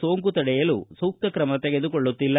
ಸೋಂಕು ತಡೆಯಲು ಸೂಕ್ತ ಕ್ರಮ ತೆಗೆದುಕೊಳ್ಳುತ್ತಿಲ್ಲ